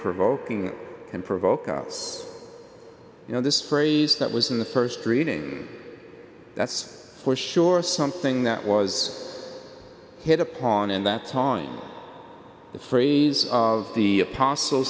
provoking and provoke us you know this phrase that was in the first reading that's for sure something that was hit upon in that song the phrase of the apostle